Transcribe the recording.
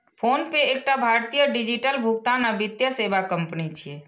PhonePe एकटा भारतीय digital भुगतान आ वित्तीय सेवा कंपनी छियै